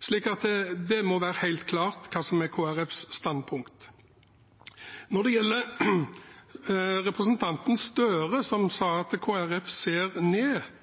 Så det må være helt klart hva som er Kristelig Folkepartis standpunkt. Når det gjelder representanten Gahr Støre, som sa at Kristelig Folkeparti ser ned,